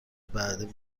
بعد